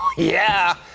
yeah,